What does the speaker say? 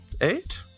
eight